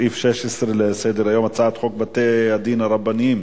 סעיף 16 לסדר-היום: הצעת חוק בתי-דין רבניים